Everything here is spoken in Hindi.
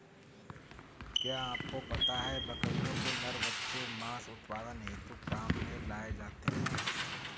क्या आपको पता है बकरियों के नर बच्चे मांस उत्पादन हेतु काम में लाए जाते है?